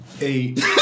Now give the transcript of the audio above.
Eight